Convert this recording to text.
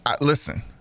Listen